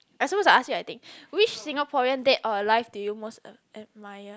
I suppose to ask you I think which Singaporean dead or alive do you most ad~ ad~ admire